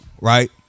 right